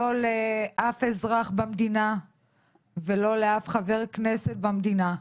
לא לאף אזרח במדינה ולא לאף חבר כנסת במדינה,